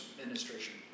Administration